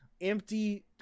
empty